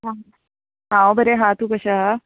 आं हांव बरें आहा तूं कशें आहा